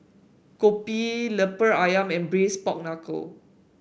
kopi lemper ayam and Braised Pork Knuckle